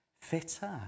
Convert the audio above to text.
fitter